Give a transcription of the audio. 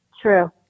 true